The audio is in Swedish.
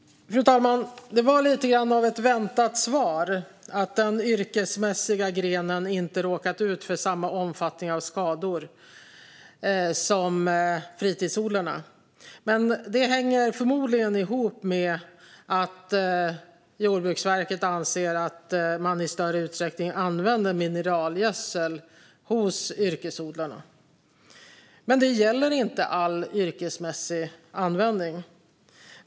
Fru talman! Det var lite av ett väntat svar att den yrkesmässiga grenen inte har råkat ut för skador i samma omfattning som fritidsodlarna. Men det hänger förmodligen ihop med att Jordbruksverket anser att yrkesodlarna använder mineralgödsel i större utsträckning. Men det gäller inte all yrkesmässig användning.